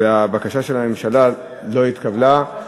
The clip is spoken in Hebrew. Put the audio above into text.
הבקשה של הממשלה לא התקבלה.